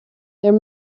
there